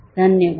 धन्यवाद